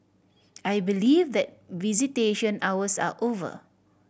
I believe that visitation hours are over